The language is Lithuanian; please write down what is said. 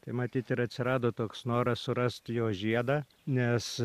tai matyt ir atsirado toks noras surasti jo žiedą nes